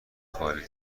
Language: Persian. خالی